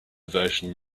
version